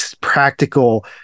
practical